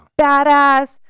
badass